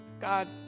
God